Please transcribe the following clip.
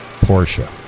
Porsche